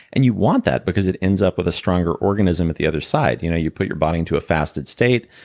and you want that, because it ends up with a stronger organism at the other side. you know you put your body into a fasted state.